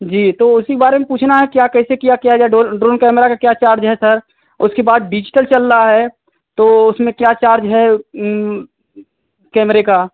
जी तो उसी के बारे में पूछना है क्या कैसे किया क्या जाए डोन ड्रोन कैमरा का क्या चार्ज है सर उसके बाद डिजिटल चल रहा है तो उसमें क्या चार्ज है कैमरे का